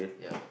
ya